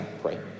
pray